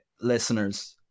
listeners